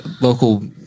local